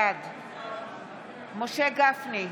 בעד משה גפני,